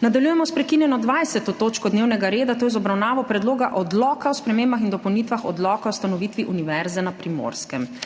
Nadaljujemo s prekinjeno 20. točko dnevnega reda, to je z obravnavo Predloga odloka o spremembah in dopolnitvah Odloka o ustanovitvi Univerze na Primorskem.